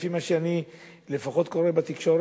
לפי מה שאני לפחות קורא בתקשורת,